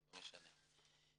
לא משנה.